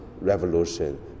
revolution